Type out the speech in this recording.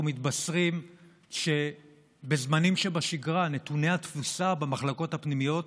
אנחנו מתבשרים שבזמנים שבשגרה נתוני התפוסה במחלקות הפנימיות